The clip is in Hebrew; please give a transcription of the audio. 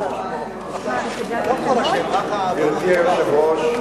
גברתי היושבת-ראש,